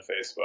facebook